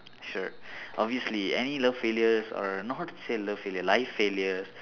sure obviously any love failures or not to say love failure life failures